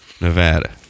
Nevada